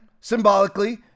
symbolically